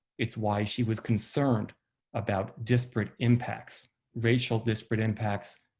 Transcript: it's why she was concerned about disparate impacts, racial disparate impacts,